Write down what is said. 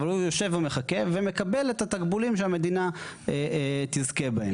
אבל הוא יושב ומחכה ומקבל את התקבולים שהמדינה תזכה בהם.